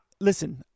Listen